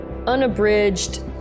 Unabridged